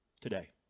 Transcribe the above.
today